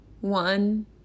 One